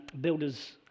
builder's